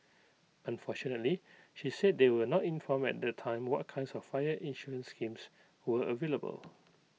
unfortunately she said they were not informed at the time what kinds of fire insurance schemes were available